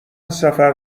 سفر